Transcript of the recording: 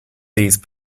these